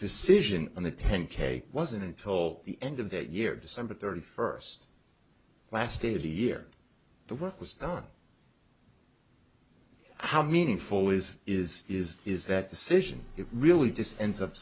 decision and the ten k wasn't until the end of that year december thirty first last day of the year the work was done how meaningful is is is is that decision it really just ends up